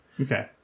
Okay